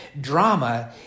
drama